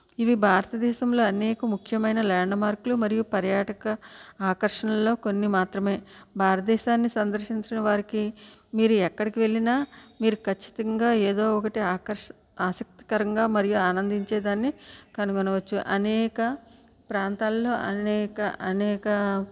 ఇవి భారతదేశంలో అనేక ముఖ్యమైన ల్యాండ్ మార్కులు మరియు పర్యాటక ఆకర్షణలలో కొన్ని మాత్రమే భారతదేశాన్ని సందర్శించిన వారికి మీరు ఎక్కడికి వెళ్ళినా మీరు కచ్చితంగా ఎదో ఒకటి ఆకర్ష్ ఆసక్తికరంగా మరియు ఆనందించే దాన్ని కనుగొనవచ్చు అనేక ప్రాంతాలలో అనేక అనేక